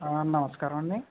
నమస్కారమండి